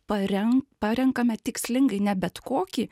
paren parenkame tikslingai ne bet kokį